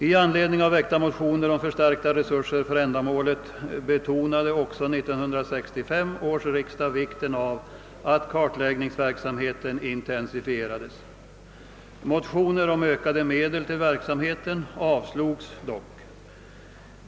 I anledning av väckta motioner om förstärkta resurser för ändamålet betonade också 1965 års riksdag vikten av att kartläggningsverksamheten intensifierades. Motioner om ökade medel till verksamheten avslogs dock.